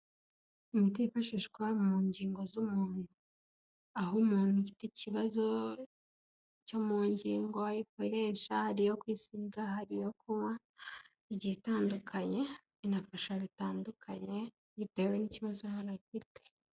Imiti yifashishwa mu ngingo z'umubiri, aho umuntu ufite ikibazo cyo mu ngingo ayikoresha, hari iyo kwisiga, hari iyo kunywa, igiye itandukanye inafasha bitandukanye bitewe n'ikibazo umuntu afite.